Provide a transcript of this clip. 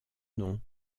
nom